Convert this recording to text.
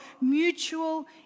mutual